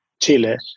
Chile